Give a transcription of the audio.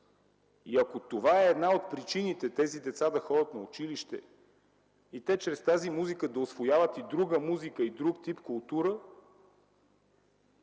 ако това е една от причините тези деца да ходят на училище и чрез тази музика да усвояват и друга музика, и друг тип култура?!